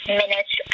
minutes